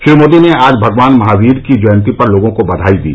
श्री मोदी ने आज भगवान महावीर की जयंती पर लोगों को बघाई दी